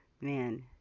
man